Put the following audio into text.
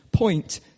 Point